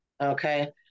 Okay